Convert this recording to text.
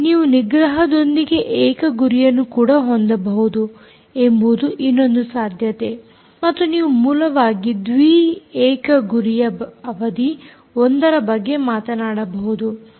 ನೀವು ನಿಗ್ರಹದೊಂದಿಗೆ ಏಕ ಗುರಿಯನ್ನು ಕೂಡ ಹೊಂದಬಹುದು ಎಂಬುದು ಇನ್ನೊಂದು ಸಾಧ್ಯತೆ ಮತ್ತು ನೀವು ಮೂಲವಾಗಿ ದ್ವಿ ಏಕ ಗುರಿಯ ಅವಧಿ 1ರ ಬಗ್ಗೆ ಮಾತನಾಡಬಹುದು